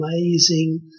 amazing